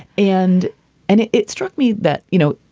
and and it it struck me that, you know,